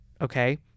okay